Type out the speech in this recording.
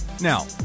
now